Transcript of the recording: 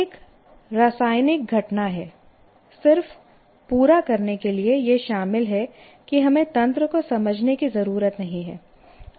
एक रासायनिक घटना है सिर्फ पूरा करने के लिए यह शामिल है कि हमें तंत्र को समझने की ज़रूरत नहीं है